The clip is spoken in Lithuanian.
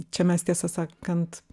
čia mes tiesą sakant